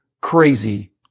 crazy